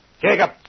Jacob